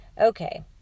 Okay